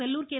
Sellur K